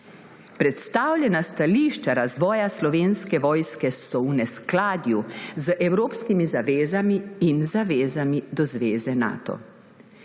Predstavljena stališča razvoja Slovenske vojske so v neskladju z evropskimi zavezami in zavezami do zveze Nato.